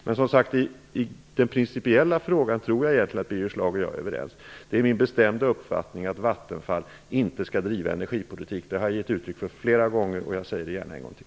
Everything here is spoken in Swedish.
Jag tror egentligen att Birger Schlaug och jag är överens i den principiella frågan. Det är min bestämda uppfattning att Vattenfall inte skall bedriva energipolitik. Det har jag gett uttryck för flera gånger, och jag säger det gärna en gång till.